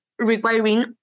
requiring